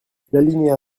l’alinéa